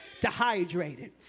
dehydrated